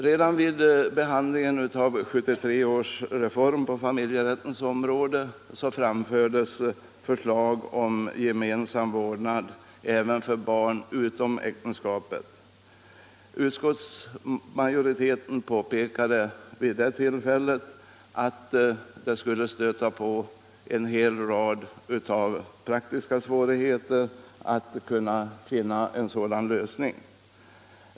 Redan vid behandlingen av 1973 års reform på familjerättens område framfördes förslag om gemensam vårdnad även för barn utom äktenskapet. Utskottsmajoriteten påpekade vid det tillfället att det skulle stöta på en hel rad praktiska svårigheter att finna en sådan lösning.